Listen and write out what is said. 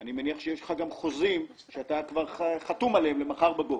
אני מניח שיש לך גם חוזים שאתה כבר חתום עליהם למחר בבוקר,